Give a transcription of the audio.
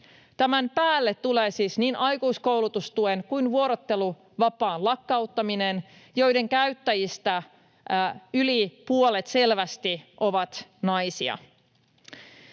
Tämän päälle tulee siis niin aikuiskoulutustuen kuin vuorotteluvapaan lakkauttaminen, joiden käyttäjistä yli puolet selvästi on naisia.